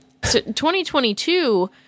2022